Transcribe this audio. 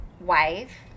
Wife